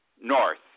north